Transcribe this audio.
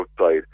outside